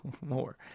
more